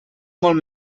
molt